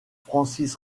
francis